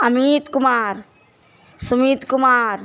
Amit Kumar Sumit Kumar